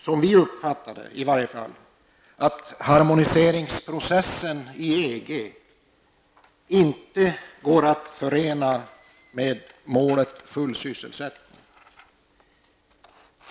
Som vi uppfattar det går harmoniseringsprocessen i EG inte att förena med målet full sysselsättning.